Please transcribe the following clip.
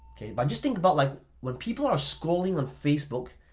okay? but just think about like, when people are scrolling on facebook,